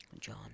John